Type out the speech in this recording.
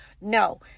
No